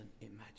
imagine